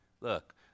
Look